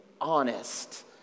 honest